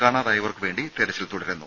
കാണാതായവർക്കായി തെരച്ചിൽ തുടരുന്നു